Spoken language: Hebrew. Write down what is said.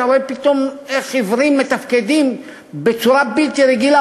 אתה רואה פתאום איך עיוורים מתפקדים בצורה בלתי רגילה,